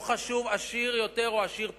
לא חשוב, עשיר יותר או עשיר פחות,